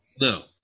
No